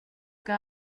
que